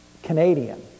canadian